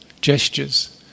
gestures